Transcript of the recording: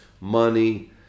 money